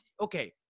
okay